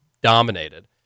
dominated